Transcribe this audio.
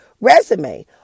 resume